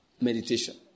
Meditation